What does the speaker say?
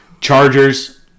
Chargers